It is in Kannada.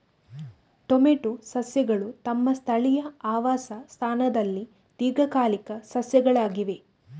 ಟೊಮೆಟೊ ಸಸ್ಯಗಳು ತಮ್ಮ ಸ್ಥಳೀಯ ಆವಾಸ ಸ್ಥಾನದಲ್ಲಿ ದೀರ್ಘಕಾಲಿಕ ಸಸ್ಯಗಳಾಗಿವೆ